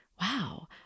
wow